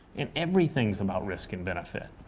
and everything's about risk and benefit.